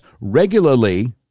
regularly